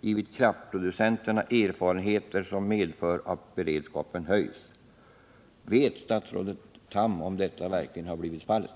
givit kraftproducenterna erfarenheter som medför att beredskapen höjs. Vet statsrådet Tham om detta verkligen blivit fallet?